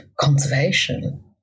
conservation